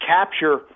capture